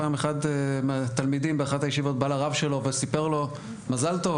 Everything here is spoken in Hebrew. אחד התלמידים בישיבה בא לרב שלו ואמר לו: מזל טוב,